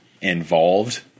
involved